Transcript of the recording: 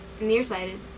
nearsighted